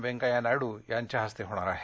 व्यंकय्या नायडू यांच्या हस्ते होणार आहे